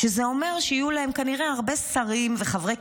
שזה אומר שיהיו להם כנראה הרבה שרים וחברי